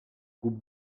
groupe